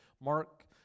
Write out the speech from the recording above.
Mark